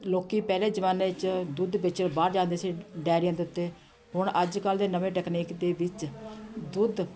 ਲੋਕੀਂ ਪਹਿਲੇ ਜ਼ਮਾਨੇ 'ਚ ਦੁੱਧ ਵੇਚਣ ਬਾਹਰ ਜਾਂਦੇ ਸੀ ਡੇਅਰੀਆਂ ਦੇ ਉੱਤੇ ਹੁਣ ਅੱਜ ਕੱਲ੍ਹ ਦੇ ਨਵੇਂ ਟੈਕਨੀਕ ਦੇ ਵਿੱਚ ਦੁੱਧ